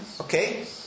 Okay